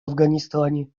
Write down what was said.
афганистане